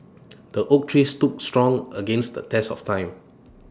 the oak tree stood strong against the test of time